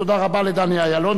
תודה רבה לדני אילון.